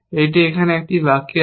এটি এখানে একটি বাকি আছে